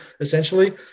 essentially